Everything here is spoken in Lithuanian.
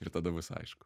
ir tada bus aišku